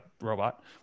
robot